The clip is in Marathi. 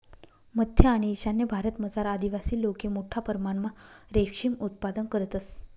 मध्य आणि ईशान्य भारतमझार आदिवासी लोके मोठा परमणमा रेशीम उत्पादन करतंस